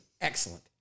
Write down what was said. excellent